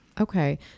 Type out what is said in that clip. Okay